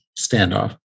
standoff